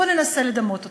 בואו ננסה לדמות אותו.